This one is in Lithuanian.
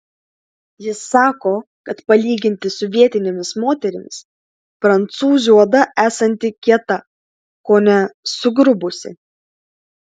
jis sako kad palyginti su vietinėmis moterimis prancūzių oda esanti kieta kone sugrubusi